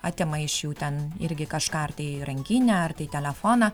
atima iš jų ten irgi kažką ar tai rankinę ar tai telefoną